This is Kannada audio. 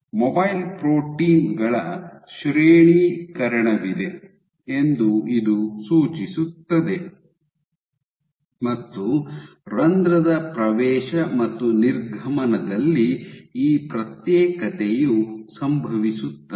ಮೊಬೈಲ್ ಪ್ರೋಟೀನ್ ಗಳ ಶ್ರೇಣೀಕರಣವಿದೆ ಎಂದು ಇದು ಸೂಚಿಸುತ್ತದೆ ಮತ್ತು ರಂಧ್ರದ ಪ್ರವೇಶ ಮತ್ತು ನಿರ್ಗಮನದಲ್ಲಿ ಈ ಪ್ರತ್ಯೇಕತೆಯು ಸಂಭವಿಸುತ್ತದೆ